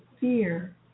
fear